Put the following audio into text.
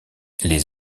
les